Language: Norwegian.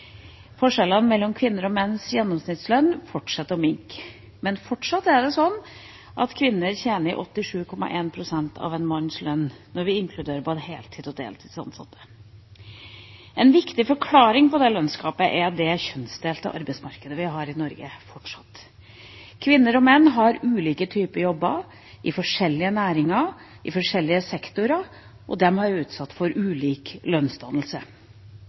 Forskjellene mellom kvinners og menns gjennomsnittslønn fortsetter å minke, men fortsatt er det sånn at kvinner tjener 87,1 pst. av en manns lønn når vi inkluderer både heltids- og deltidsansatte. En viktig forklaring på dette lønnsgapet er det kjønnsdelte arbeidsmarkedet vi fortsatt har i Norge. Kvinner og menn har ulike typer jobber, i forskjellige næringer, i forskjellige sektorer, og de er utsatt for ulik lønnsdannelse.